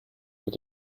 mit